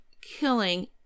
killing